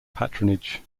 patronage